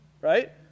Right